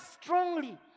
strongly